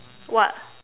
what